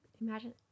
Imagine